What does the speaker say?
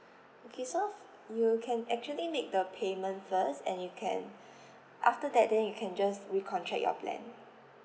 okay so f~ you can actually make the payment first and you can after that then you can just recontract your plan